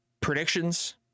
predictions